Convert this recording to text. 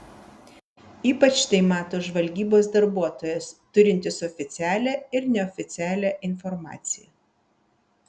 ypač tai mato žvalgybos darbuotojas turintis oficialią ir neoficialią informaciją